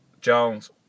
Jones